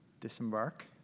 disembark